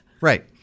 right